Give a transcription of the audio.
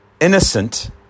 innocent